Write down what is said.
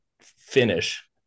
finish